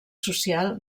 social